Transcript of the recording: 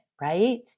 right